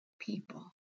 people